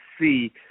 see